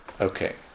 okay